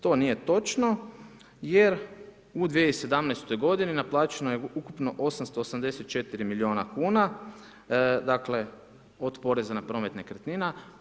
To nije točno jer u 2017. godini naplaćeno je ukupno 884 miliona kuna, dakle od poreza na promet nekretnina.